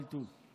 כל טוב.